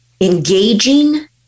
engaging